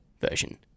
version